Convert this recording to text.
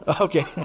Okay